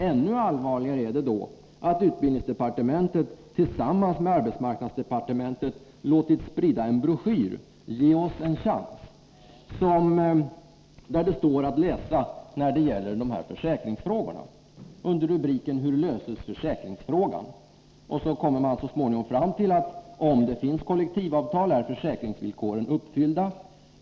Ännu allvarligare är att utbildningsdepartementet tillsammans med arbetsmarknadsdepartementet låtit sprida en broschyr, Ge oss en chans!, där det under rubriken Hur löses försäkringsfrågan? står att läsa när det gäller försäkringsfrågor: ”Om det finns kollektivavtal är försäkringsvillkoren uppfyllda.